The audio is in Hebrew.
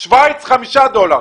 שוויץ, 5 דולר.